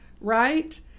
right